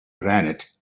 granite